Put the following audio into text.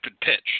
pitch